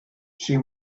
she